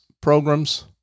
programs